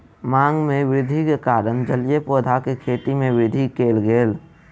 मांग में वृद्धि के कारण जलीय पौधा के खेती में वृद्धि कयल गेल